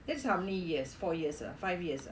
that is how many years four years ah five years ah